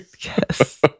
Yes